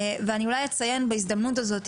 ואני אולי אציין בהזדמנות הזאת,